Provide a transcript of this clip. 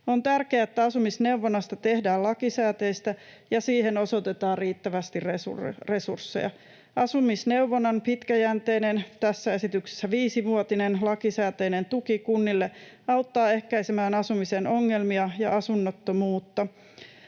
On tärkeää, että asumisneuvonnasta tehdään lakisääteistä ja siihen osoitetaan riittävästi resursseja. Asumisneuvonnan pitkäjänteinen, tässä esityksessä viisivuotinen, lakisääteinen tuki kunnille auttaa ehkäisemään asumisen ongelmia ja asunnottomuutta